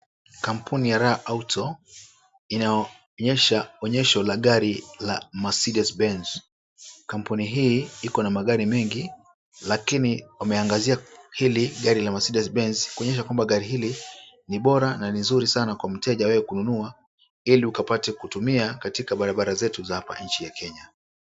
Kampuni ya Raa Auto inaonyesha onyesho la gari la mercedes Benz. Kampuni hii iko na magari mengi lakini wameangazia hili gari la mercedes Benz kuonyesha kwamba gari hili ni bora na ni zuri sana kwa mteja wewe kununua ili ukapate kutumia katika barabara zetu za hapa nchi ya Kenya.